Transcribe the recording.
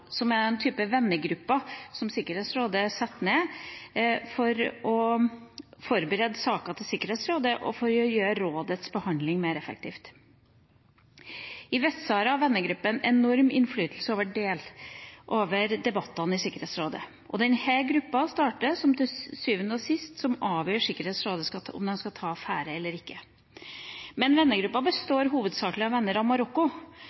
type vennegruppe som Sikkerhetsrådet nedsetter for å forberede saker til Sikkerhetsrådet og for å gjøre rådets behandling mer effektivt. I Vest-Sahara har vennegruppa enorm innflytelse over debattene i Sikkerhetsrådet, og det er denne gruppa av stater som til sjuende og sist avgjør om Sikkerhetsrådet skal ta affære eller ikke. Men vennegruppa består hovedsakelig av venner av Marokko,